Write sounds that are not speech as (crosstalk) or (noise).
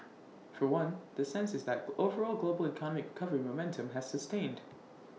for one the sense is that (noise) overall global economic recovery momentum has sustained